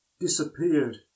disappeared